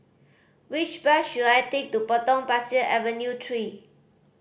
which bus should I take to Potong Pasir Avenue Three